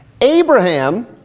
Abraham